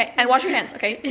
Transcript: and wash your hands, okay and